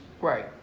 Right